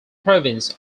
province